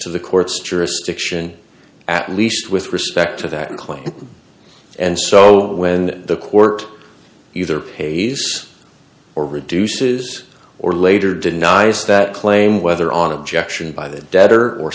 to the court's jurisdiction at least with respect to that claim and so when the court either pays or reduces or later denies that claim whether on objection by the debtor or